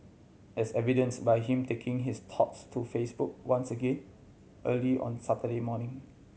as evidenced by him taking his thoughts to Facebook once again early on Saturday morning